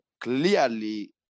clearly